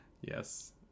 Yes